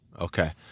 Okay